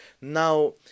Now